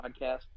podcast